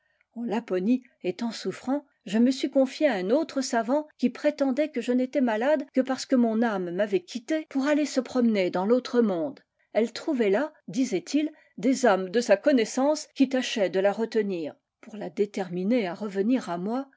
en laponie étant souffrant je me suis confié à un autre savant qui prétendait que je n'étais malade que parce que mon âme m'avait quitté pour aller se promener dans l'autre monde elle trouvait là disait-il des âmes de sa connaissance qui tâchaient de la retenir pour la déterminer à revenir à moi